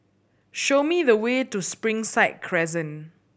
show me the way to Springside Crescent